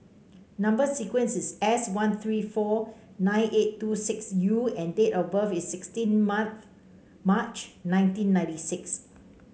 number sequence is S one three four nine eight two six U and date of birth is sixteen Maths March nineteen ninety six